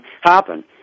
happen